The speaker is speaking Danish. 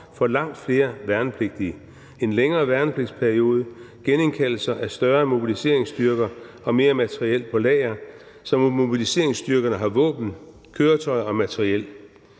for langt flere værnepligtige, en længere værnepligtsperiode, genindkaldelser af større mobiliseringsstyrker og mere materiel på lager, så mobiliseringsstyrkerne har våben, køretøjer og materiel.